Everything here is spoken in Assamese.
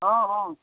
অঁ অঁ